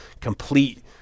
complete